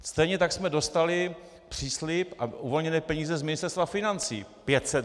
Stejně tak jsme dostali příslib a uvolněné peníze z Ministerstva financí 500 mil.